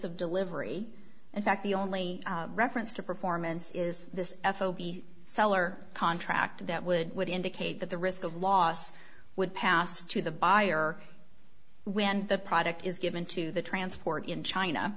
of delivery in fact the only reference to performance is this f o b seller contract that would would indicate that the risk of loss would pass to the buyer when the product is given to the transport in china